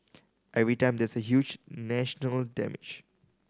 every time there is a huge national damage